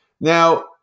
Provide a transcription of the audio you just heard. Now